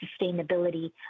sustainability